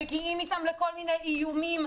מגיעים איתם לכל מיני איומים.